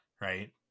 Right